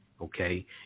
Okay